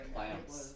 Plants